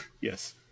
Yes